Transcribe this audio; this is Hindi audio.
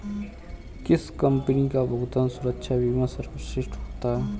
किस कंपनी का भुगतान सुरक्षा बीमा सर्वश्रेष्ठ होता है?